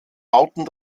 bauten